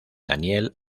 daniel